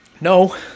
No